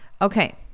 okay